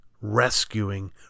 rescuing